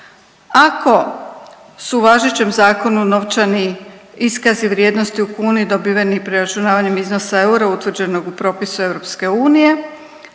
Ako su u važećim zakonu novčani iskazi vrijednosti u kuni dobiveni preračunavanjem iznosa eura utvrđenog u propisu EU